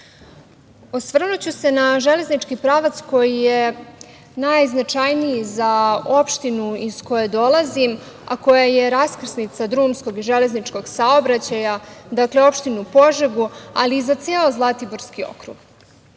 mislili. Osvrnuću se na železnički pravac koji je najznačajniji za opštinu iz koje dolazim, a koja je raskrsnica drumskog i železničkog saobraćaja, dakle, opštinu Požega i ceo Zlatiborski okrug.